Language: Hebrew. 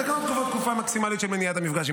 התקנות קובעות תקופה מקסימלית של מניעת מפגש עם